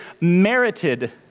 merited